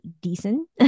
decent